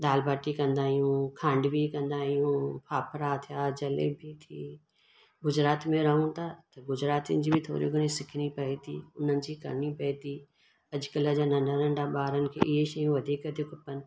दालि भाटी कंदा आहियूं खांडवी कंदा आहियूं फाफड़ा थिया जलेबी थी गुजराती में रहूं था गुजरातियुनि जी थोरी घणी सिखणी पए थी उन जी करणी पए थी अॼुकल्ह त नंढा नंढा ॿारनि खे इहे शयूं वधीक थियूं खपनि